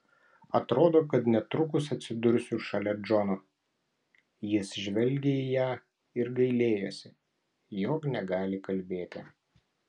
atrodo kad netrukus atsidursiu šalia džono jis žvelgė į ją ir gailėjosi jog negali kalbėti